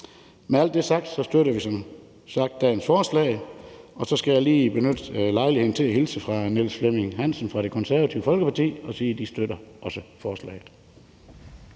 Med alt det sagt støtter vi som sagt dagens forslag. Og så skal jeg lige benytte lejligheden til at hilse fra Niels Flemming Hansen fra Det Konservative Folkeparti og sige, at de også støtter forslaget.